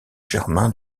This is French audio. germain